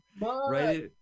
right